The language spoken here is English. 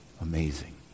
Amazing